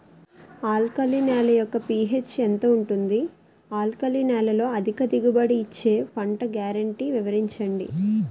Alkali నేల యెక్క pH ఎంత ఉంటుంది? ఆల్కలి నేలలో అధిక దిగుబడి ఇచ్చే పంట గ్యారంటీ వివరించండి?